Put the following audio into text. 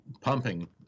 pumping